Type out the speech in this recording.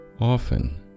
Often